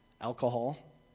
alcohol